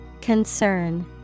Concern